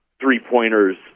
three-pointers